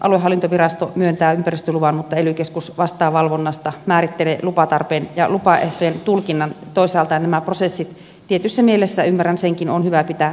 aluehallintovirasto myöntää ympäristöluvan mutta ely keskus vastaa valvonnasta määrittelee lupatarpeen ja lupaehtojen tulkinnan ja toisaalta nämä prosessit tietyssä mielessä ymmärrän senkin on hyvä pitää erillään